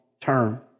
term